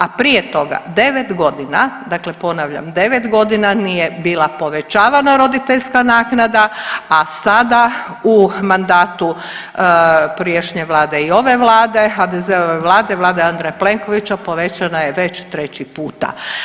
A prije toga 9 godina, dakle ponavljam 9 godina nije bila povećavana roditeljska naknada, a sada u mandatu prijašnje vlade i ove vlade HDZ-ove vlade, vlade Andreja Plenkovića povećana je već 3 puta.